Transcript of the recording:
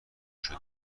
شده